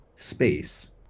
Space